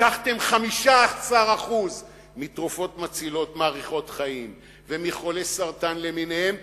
לקחת 15% מתרופות מאריכות חיים ומחולי סרטן למיניהם